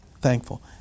Thankful